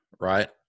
right